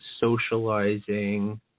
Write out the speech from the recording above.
socializing